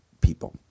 people